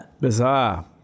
Bizarre